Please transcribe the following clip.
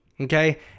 Okay